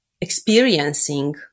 Experiencing